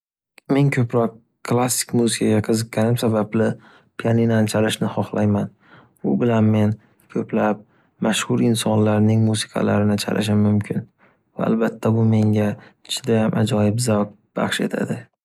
Men ko’proq klassik qo’shiqqa qiziqqanim tufayli pianinani chalishmi xohlayman. U bilan men ko’plab mashxur insonlarning musiqalarini chalishim mumkin. Va albatta bu menga judayam ajoyib zavq baxsh etadi.